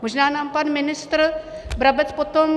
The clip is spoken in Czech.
Možná nám pan ministr Brabec potom...